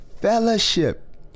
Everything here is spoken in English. fellowship